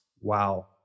Wow